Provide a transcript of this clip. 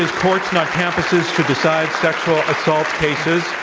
ah courts, not campuses, should decide sexual assault cases.